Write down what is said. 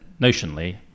notionally